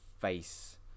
face